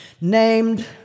named